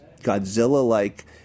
Godzilla-like